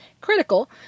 critical